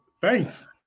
Thanks